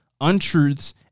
untruths